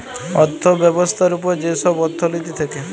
অথ্থ ব্যবস্থার উপর যে ছব অথ্থলিতি থ্যাকে